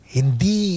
Hindi